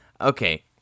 okay